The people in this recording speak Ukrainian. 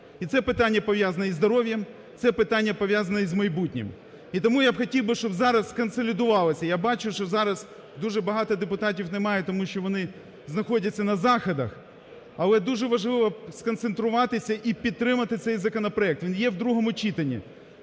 І це питання пов'язано із здоров'ям, це питання пов'язано із майбутнім. І тому я хотів би, щоб зараз сконсолідувались. Я бачу, що зараз дуже багато депутатів немає, тому що вони знаходяться на заходах. Але дуже важливо сконцентруватись і підтримати цей законопроект. Він є в другому читанні.